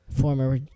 Former